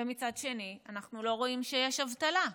ומצד שני אנחנו לא רואים שיש אבטלה?